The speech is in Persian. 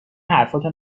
حرفاتو